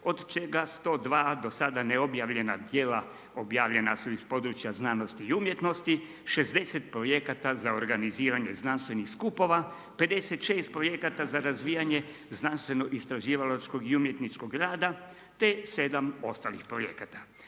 od čega 102 do sada neobjavljena tijela objavljena su iz područja znanosti i umjetnosti, 60 projekata za organizirane znanstvenih skupova, 56 projekata za razvijanje znanstveno-istraživalačkog i umjetničkog rada te 7 ostalih projekata.